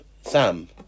Sam